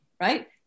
right